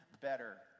better